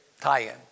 tie-in